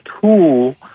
tool